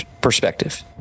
perspective